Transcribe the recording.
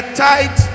tight